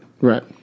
Right